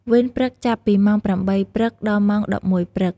វេនព្រឹក ចាប់ពីម៉ោង ៨ ព្រឹក ដល់ម៉ោង ១១ ព្រឹក។